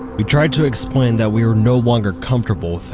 we tried to explain that we were no longer comfortable with it,